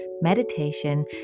meditation